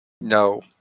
No